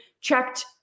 checked